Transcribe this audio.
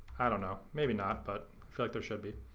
i don't know, maybe not, but i feel like there should be.